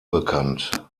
bekannt